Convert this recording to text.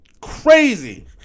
Crazy